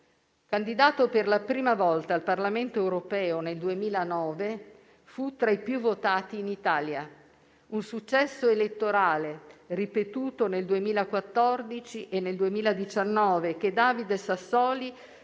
Candidato per la prima volta al Parlamento europeo nel 2009, fu tra i più votati in Italia. Tale successo elettorale, ripetuto nel 2014 e nel 2019, David Sassoli